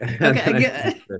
Okay